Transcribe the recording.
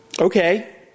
Okay